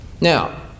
Now